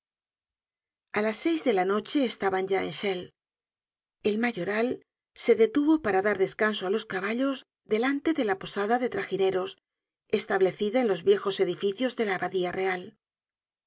a las seis de la noche estaban ya en chelles el mayoral se detuvo para dar descanso á los caballos delante de la posada de tragineros establecida en los viejos edificios de la ábadía real